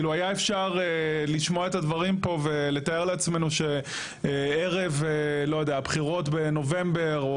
היה אפשר לשמוע את הדברים פה ולתאר לעצמנו שערב לא יודע בחירות בנובמבר,